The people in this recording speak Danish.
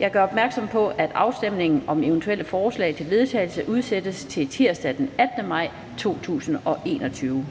Jeg gør opmærksom på, at afstemning om eventuelle forslag til vedtagelse udsættes til tirsdag den 18. maj 2021.